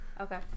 Okay